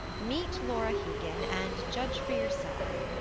meet laura hegan, and judge for yourself.